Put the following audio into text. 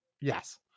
Yes